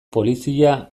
polizia